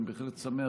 אני בהחלט שמח,